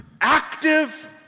active